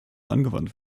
angewandt